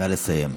נא לסיים.